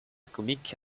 comique